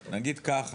(יישוג, הושטת יד), נגיד ככה?